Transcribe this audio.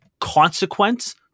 consequence